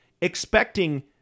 expecting